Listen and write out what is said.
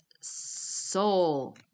soul